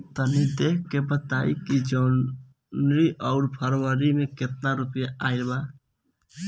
तनी देख के बताई कि जौनरी आउर फेबुयारी में कातना रुपिया आएल बा?